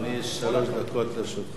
בבקשה, אדוני, שלוש דקות לרשותך.